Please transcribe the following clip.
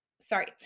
sorry